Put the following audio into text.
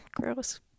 gross